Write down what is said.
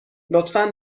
لطفا